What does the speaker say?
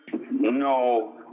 No